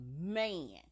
man